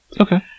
okay